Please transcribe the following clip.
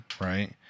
right